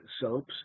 soaps